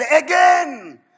again